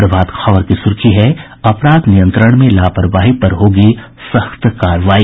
प्रभात खबर की सुर्खी है अपराध नियंत्रण में लापरवाही पर होगी सख्त कार्रवाई